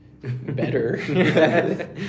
Better